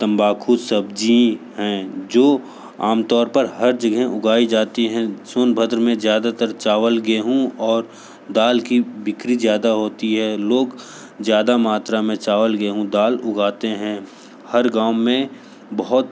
तम्बाकू सब्जी हैं जो आमतौर पर हर जगह उगाई जाती हैं सोनभद्र में ज्यादातर चावल गेहूँ और दाल की बिक्री ज्यादा होती है लोग ज्यादा मात्रा में चावल गेहूँ दाल उगाते हैं हर गाँव में बहुत